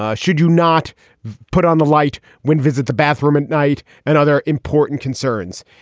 ah should you not put on the light when visit the bathroom at night and other important concerns.